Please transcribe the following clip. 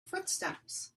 footsteps